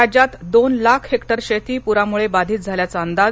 राज्यात दोन लाख हेक्टर शेती प्रामुळे बाधित झाल्याचा अंदाज